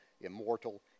immortal